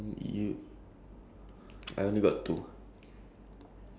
oh okay then I'll I go to creative